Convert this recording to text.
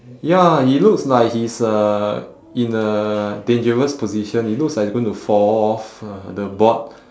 ya he looks like he is uh in a dangerous position he looks like he is going to fall off uh the board